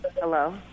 Hello